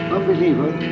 Unbeliever